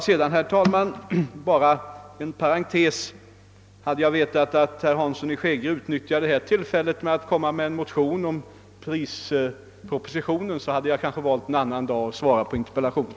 Sedan bara en parentes, herr talman. Hade jag vetat att herr Hansson i Skegrie skulle utnyttja det här tillfället till att komma med en motion om prispropositionen, hade jag kanske valt en annan dag att svara på interpellationen.